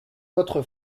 votre